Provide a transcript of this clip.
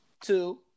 two